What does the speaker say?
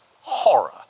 horror